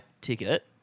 ticket